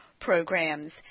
programs